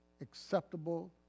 acceptable